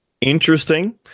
interesting